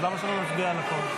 אז למה שלא נצביע על הכול?